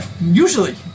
Usually